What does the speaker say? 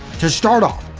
to start off,